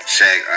Shaq